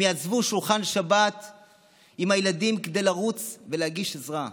הם יעזבו שולחן שבת עם הילדים כדי לרוץ ולהגיש עזרה,